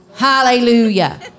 Hallelujah